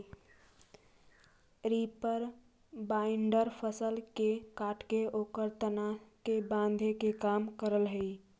reaper binder फसल के काटके ओकर तना के बाँधे के काम करऽ हई